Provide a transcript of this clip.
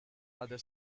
other